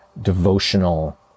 devotional